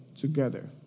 together